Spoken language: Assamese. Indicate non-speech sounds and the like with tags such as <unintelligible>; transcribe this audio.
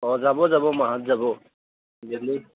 অঁ যাব যাব মাহঁত যাব <unintelligible>